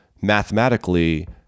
mathematically